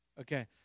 Okay